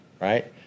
right